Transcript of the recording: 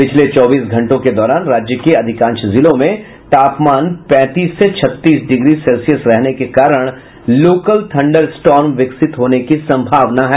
पिछले चौबीस घंटों के दौरान राज्य के अधिकांश जिलों में तापमान पैंतीस से छत्तीस डिग्री सेल्सियस रहने के कारण लोकल थंडर स्टॉर्म विकसित होने की संभावना है